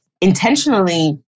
intentionally